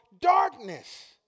darkness